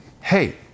Hey